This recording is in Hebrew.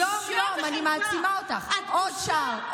יום-יום אני מעצימה אותך: עוד שער,